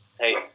Hey